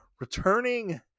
returning